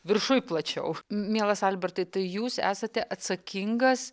viršuj plačiau mielas albertai tai jūs esate atsakingas